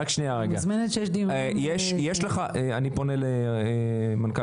מוזמנת כשיש דיונים --- אני פונה למנכ"ל